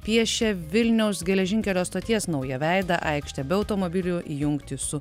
piešia vilniaus geležinkelio stoties naują veidą aikštę be automobilių jungtį su